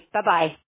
Bye-bye